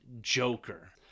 Joker